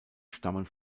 stammen